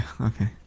okay